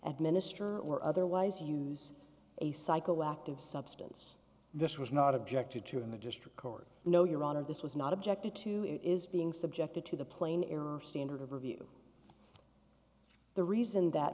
administer or otherwise use a psychoactive substance this was not objected to in the district court no your honor this was not objected to it is being subjected to the plain error standard of review the reason that